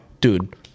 dude